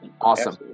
Awesome